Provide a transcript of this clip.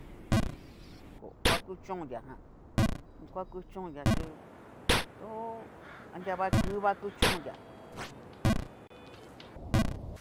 ko va kuchonriajan, ngua kuchúnnria chí to. anria va kuva kuchonria ajan.